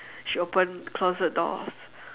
she open close the doors